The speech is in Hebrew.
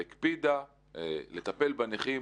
והקפידה לטפל בנכים